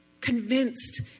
Convinced